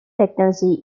technology